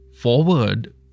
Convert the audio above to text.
Forward